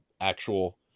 actual